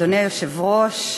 אדוני היושב-ראש,